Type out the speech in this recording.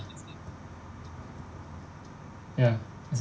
ya ya it's